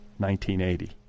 1980